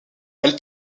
elle